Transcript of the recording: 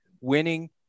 winning